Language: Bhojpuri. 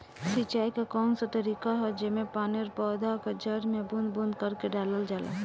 सिंचाई क कउन सा तरीका ह जेम्मे पानी और पौधा क जड़ में बूंद बूंद करके डालल जाला?